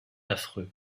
affreux